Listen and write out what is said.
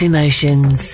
Emotions